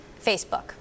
Facebook